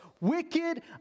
wicked